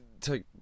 take